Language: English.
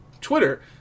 Twitter